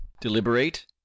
deliberate